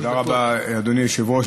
תודה רבה, אדוני היושב-ראש.